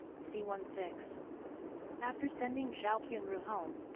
c one six after sending zhao qianru home,